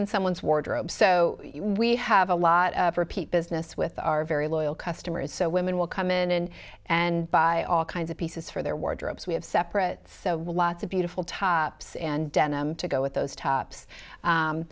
in someone's wardrobe so we have a lot of repeat business with our very loyal customers so women will come in and buy all kinds of pieces for their wardrobes we have separate so lots of beautiful tops and denim to go with those tops